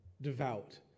devout